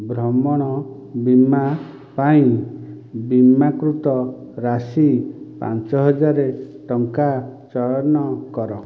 ଭ୍ରମଣ ବୀମା ପାଇଁ ବୀମାକୃତ ରାଶି ପାଞ୍ଚ ହଜାର ଟଙ୍କା ଚୟନ କର